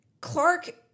Clark